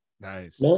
Nice